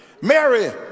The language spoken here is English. Mary